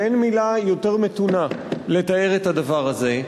ואין מלה יותר מתונה לתאר את הדבר הזה,